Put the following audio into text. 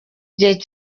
gihe